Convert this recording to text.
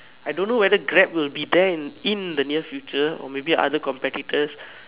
I don't know whether Grab will be there in in the near future or maybe other competitors